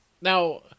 Now